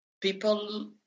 people